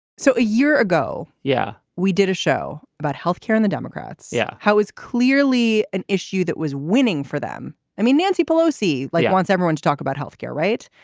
so a year ago yeah we did a show about health care and the democrats. yeah how is clearly an issue that was winning for them i mean nancy pelosi like wants everyone to talk about health care right.